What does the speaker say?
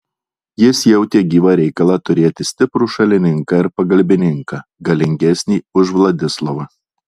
jis jautė gyvą reikalą turėti stiprų šalininką ir pagalbininką galingesnį už vladislovą